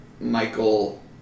Michael